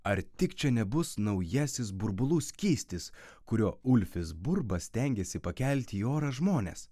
ar tik čia nebus naujasis burbulų skystis kuriuo ulfis burba stengiasi pakelti į orą žmones